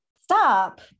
stop